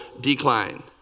decline